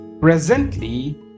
Presently